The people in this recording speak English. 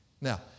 Now